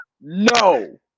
no